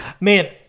Man